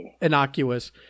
innocuous